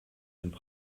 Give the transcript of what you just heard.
sind